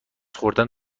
خوردن